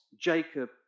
Jacob